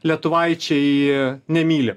lietuvaičiai nemyli